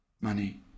money